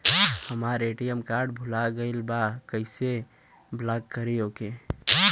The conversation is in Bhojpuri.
हमार ए.टी.एम कार्ड भूला गईल बा कईसे ब्लॉक करी ओके?